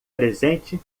presente